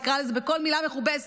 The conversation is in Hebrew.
נקרא לזה בכל מילה מכובסת.